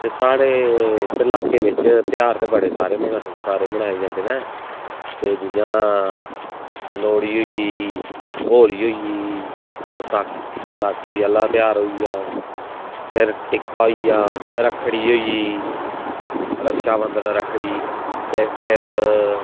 ते साढ़े इत्थै लाके बिच्च तेहार ते बड़े सारे मनाए सारे मनाए जंदे न ते जि'यां लोह्ड़ी होई गेई होली होई गेई बसाखी बसाखी आह्ला तेहार होई गेआ फिर टिक्का होई गेआ रक्खड़ी होई गेई रक्षाबंधन रक्खड़ी ते फिर